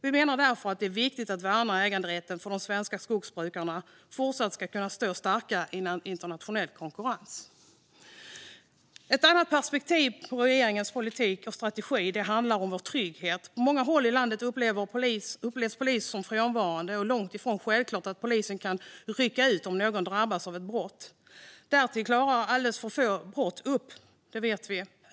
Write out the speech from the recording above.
Vi menar därför att det är viktigt att värna äganderätten för att de svenska skogsbrukarna även fortsättningsvis ska kunna stå starka i den internationella konkurrensen. Ett annat perspektiv på regeringens politik och strategi handlar om vår trygghet. På många håll i landet upplevs polisen som frånvarande, och det är långt ifrån självklart att polisen kan rycka ut om någon drabbas av ett brott. Därtill vet vi att alldeles för få brott klaras upp.